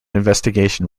investigation